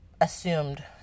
assumed